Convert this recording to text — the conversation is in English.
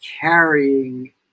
carrying